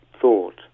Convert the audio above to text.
thought